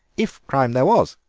if crime there was.